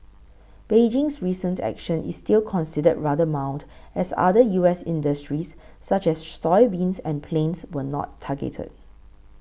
Beijing's recent action is still considered rather mild as other U S industries such as soybeans and planes were not targeted